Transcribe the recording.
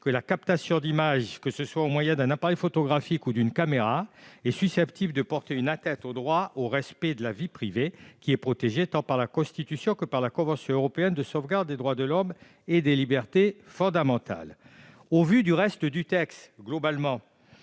que la captation d'images, que ce soit au moyen d'un appareil photographique ou d'une caméra, est susceptible de porter atteinte au droit au respect de la vie privée. Or celui-ci est protégé tant par la Constitution que par la Convention européenne de sauvegarde des droits de l'homme et des libertés fondamentales. Au vu du reste du texte, notamment